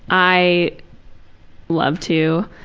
i love to.